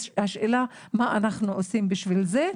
השאלה מה אנחנו עושים בשביל זה?